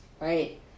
right